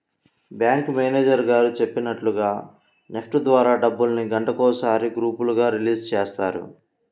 bank manager గారు చెప్పినట్లుగా NEFT ద్వారా డబ్బుల్ని గంటకొకసారి గ్రూపులుగా రిలీజ్ చేస్తారు